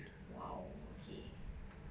!wow! okay